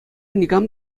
никам